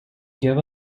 give